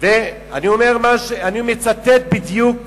אני מצטט בדיוק